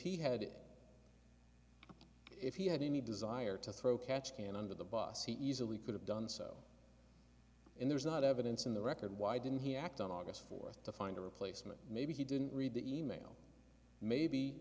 he had it if he had any desire to throw catch can under the bus he easily could have done so and there's not evidence in the record why didn't he act on august fourth to find a replacement maybe he didn't read the e mail maybe